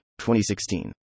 2016